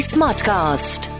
Smartcast